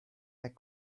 that